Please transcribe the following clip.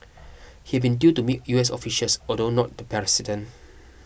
he had been due to meet U S officials although not the president